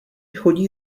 chodí